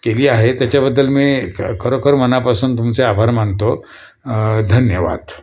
केली आहे त्याच्याबद्दल मी क खरोखर मनापासून तुमचे आभार मानतो धन्यवाद